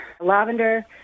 lavender